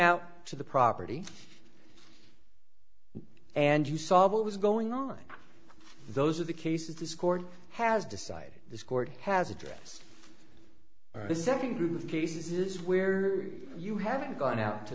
out to the property and you saw what was going on those are the cases this court has decided this court has addressed this second group of cases where you haven't gone out to